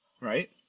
right